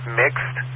mixed